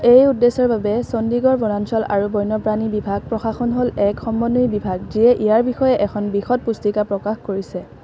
এই উদ্দেশ্যৰ বাবে চণ্ডীগড় বনাঞ্চল আৰু বন্যপ্ৰাণী বিভাগ প্ৰশাসন হ'ল এক সমন্বয়ী বিভাগ যিয়ে ইয়াৰ বিষয়ে এখন বিশদ পুস্তিকা প্ৰকাশ কৰিছে